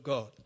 God